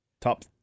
Top